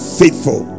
faithful